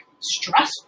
Stressful